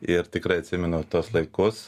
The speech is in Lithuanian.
ir tikrai atsimenu tuos laikus